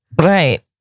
right